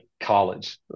college